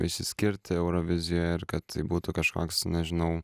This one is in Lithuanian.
išsiskirti eurovizijoje ir kad tai būtų kažkoks nežinau